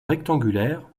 rectangulaire